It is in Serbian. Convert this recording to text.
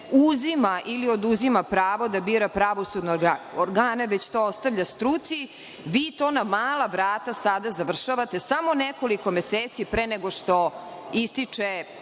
uzima ili oduzima pravo da bira pravosudne organe, već to ostavlja struci, a vi to na mala vrata sada završavate, samo nekoliko meseci, pre nego što ističe